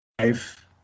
life